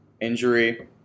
injury